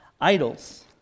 idols